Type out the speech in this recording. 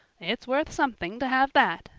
it's worth something to have that,